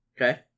Okay